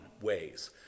ways